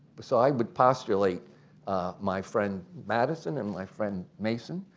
but so i would postulate my friend madison and my friend mason,